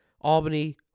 Albany